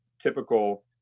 typical